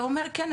אתה אומר כן,